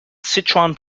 sichuan